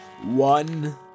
One